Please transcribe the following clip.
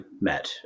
met